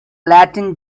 latin